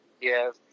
Yes